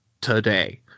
today